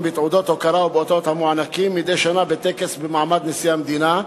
בתעודות הוקרה ובאותות המוענקים מדי שנה בטקס במעמד נשיא המדינה,